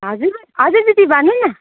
हजुर हजुर दिदी भन्नु न